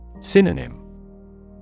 Synonym